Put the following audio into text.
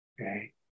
Okay